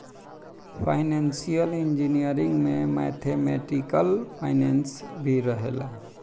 financial engineering में mathematical finance भी रहेला